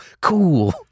cool